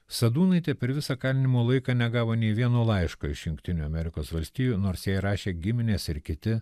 sadūnaitė per visą kalinimo laiką negavo nei vieno laiško iš jungtinių amerikos valstijų nors jai rašė giminės ir kiti